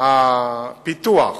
הפיתוח